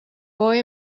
boy